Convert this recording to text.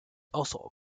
also